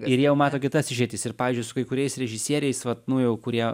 ir jie jau mato kitas išeitis ir pavyzdžiui su kai kuriais režisieriais vat nu jau kurie